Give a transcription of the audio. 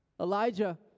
Elijah